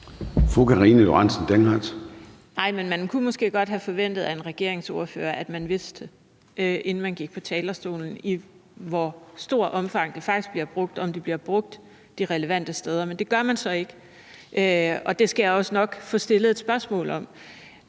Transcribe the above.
Dehnhardt (SF): Nej, men det kunne måske godt forventes af en ordfører fra et regeringsparti, at man vidste, inden man gik på talerstolen, i hvor stort omfang det faktisk bliver brugt, og om det bliver brugt de relevante steder. Men det gør man så ikke, og det skal jeg også nok få stillet et spørgsmål om.